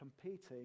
competing